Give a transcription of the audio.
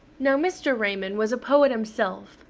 now mr. raymond was a poet himself,